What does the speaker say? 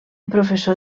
professor